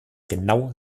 genau